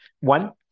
one